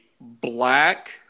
black